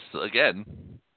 again